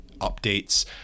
updates